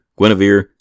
Guinevere